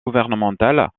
gouvernementale